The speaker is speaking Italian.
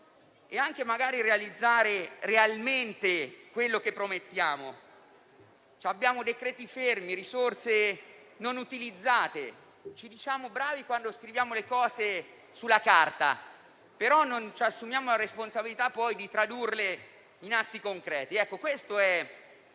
dovremmo realizzare veramente quello che promettiamo. Ci sono decreti fermi, risorse non utilizzate, ci diciamo che siamo bravi quando scriviamo le cose sulla carta, ma non ci assumiamo la responsabilità di tradurle poi in atti concreti.